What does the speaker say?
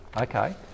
Okay